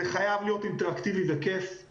זה חייב להיות אינטראקטיבי וכיף.